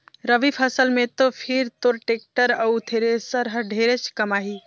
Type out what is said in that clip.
रवि फसल मे तो फिर तोर टेक्टर अउ थेरेसर हर ढेरेच कमाही